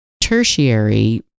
tertiary